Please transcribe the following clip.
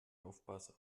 aufpasse